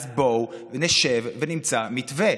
אז בואו נשב ונמצא מתווה.